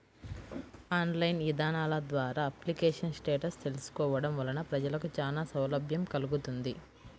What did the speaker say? online ఇదానాల ద్వారా application status తెలుసుకోవడం వలన ప్రజలకు చానా సౌలభ్యం కల్గుతుంది